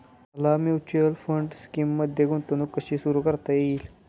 मला mutual fund स्कीममध्ये गुंतवणूक कशी सुरू करता येईल?